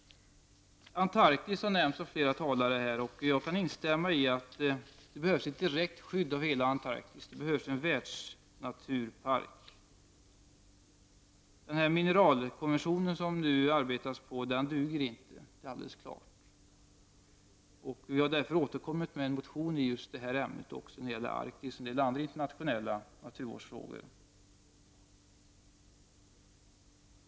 Antarktis har nämnts av flera talare, och jag kan instämma i att det behövs ett direkt skydd av hela Antarktis; det behövs en världsnaturpark. Den mineralkonvention som man nu arbetar på duger inte — det är alldeles klart. Vi har därför återkommit med en motion i just det ämnet, när det gäller Antarktis och en del andra internationella naturvårdsfrågor.